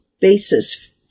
basis